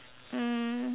um